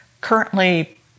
currently